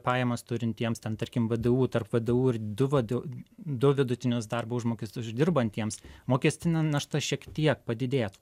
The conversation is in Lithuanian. pajamas turintiems ten tarkim vdu tarp vdu ir du vdu du vidutinius darbo užmokesčius uždirbantiems mokestinė našta šiek tiek padidėtų